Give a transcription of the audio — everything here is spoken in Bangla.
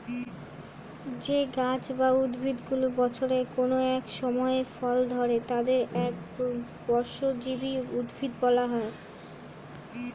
যেই গাছ বা উদ্ভিদগুলিতে বছরের কোন একটি সময় ফল ধরে তাদের একবর্ষজীবী উদ্ভিদ বলা হয়